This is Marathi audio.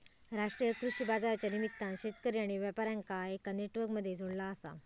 राष्ट्रीय कृषि बाजारच्या निमित्तान शेतकरी आणि व्यापार्यांका एका नेटवर्क मध्ये जोडला आसा